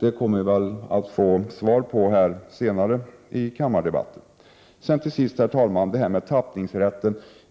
Vi kommer väl att få svar på den frågan senare i debatten. Herr talman! Till sist frågan om tappningsrätten.